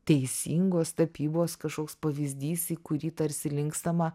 teisingos tapybos kažkoks pavyzdys į kurį tarsi linkstama